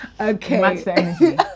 Okay